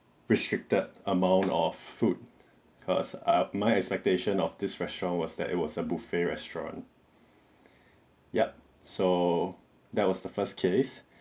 restricted amount of food cause err my expectation of this restaurant was that it was a buffet restaurant yup so that was the first case